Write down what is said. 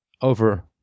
over